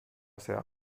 seva